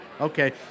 Okay